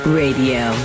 radio